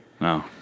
No